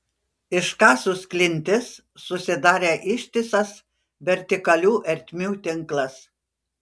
iškasus klintis susidarė ištisas vertikalių ertmių tinklas